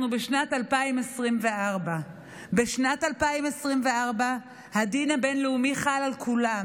אנחנו בשנת 2024. בשנת 2024 הדין הבין-לאומי חל על כולם,